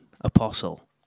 apostle